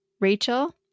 Rachel